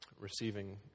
receiving